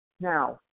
Now